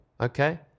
Okay